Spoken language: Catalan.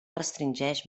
restringeix